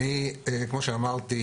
כמו שאמרתי,